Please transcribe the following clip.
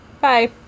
Bye